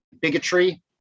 bigotry